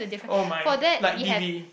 oh my like D_V